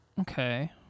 Okay